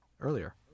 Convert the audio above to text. earlier